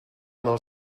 mal